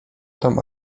tam